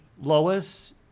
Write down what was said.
Lois